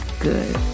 good